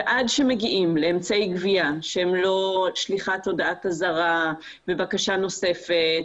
עד שמגיעים לאמצעי גבייה שהם לא שליחת הודעת אזהרה ובקשה נוספת